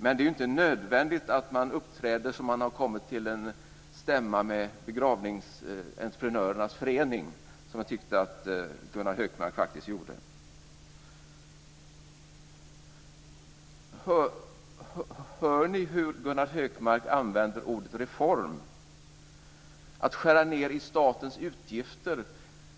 Men det är ju inte nödvändigt att man uppträder som om man har kommit till en stämma med begravningsentreprenörernas förening, som jag tyckte att Gunnar Hökmark faktiskt gjorde. Hör ni hur Gunnar Hökmark använder ordet reform? Att skära ned i statens utgifter